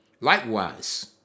likewise